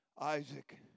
Isaac